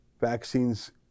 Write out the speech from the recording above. Vaccines